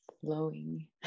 flowing